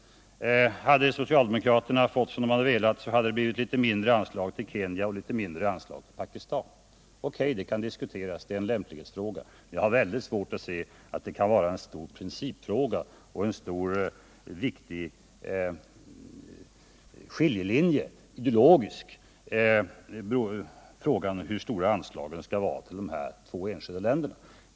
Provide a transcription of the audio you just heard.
Hade socialdemokraterna fått som de velat så hade det blivit litet mindre anslag till Kenya och litet mindre anslag till Pakistan. Visst kan det diskuteras, det är en lämplighetsfråga. Jag har väldigt svårt att se att det kan vara en stor principfråga, att det skulle gå en viktig ideologisk skiljelinje just vid hur stora anslagen skall vara till de här två enskilda länderna.